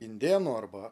indėnų arba